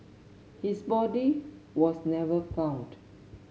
his body was never found